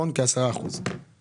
ברגע